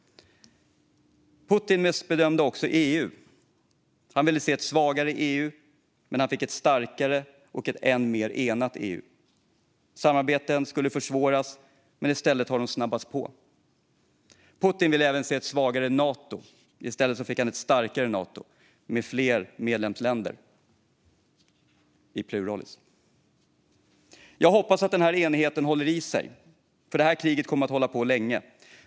Putin missbedömde också EU. Han ville se ett svagare EU, men han fick ett starkare och än mer enat EU. Samarbeten skulle försvåras, men i stället har de snabbats på. Putin ville även se ett svagare Nato, men han fick i stället ett starkare Nato med fler medlemsländer. Jag hoppas att denna enighet håller i sig, för det här kriget kommer att hålla på länge.